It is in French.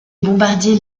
bombardiers